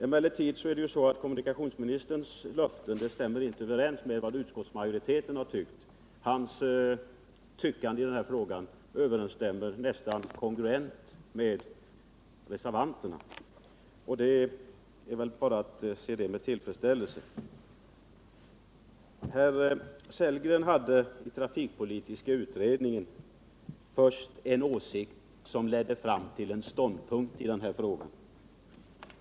Emellertid är det ju så att kommunikationsministerns löfte inte stämmer överens med vad utskottsmajoriteten har tyckt. Kommunikationsministerns löfte i denna fråga är nästan kongruent med reservanternas krav, och det är väl bara att se detta med tillfredsställelse. Herr Sellgren hade i trafikpolitiska utredningens delbetänkande om Mälaroch Vänersjöfarten först en åsikt som ledde fram till en ståndpunkt.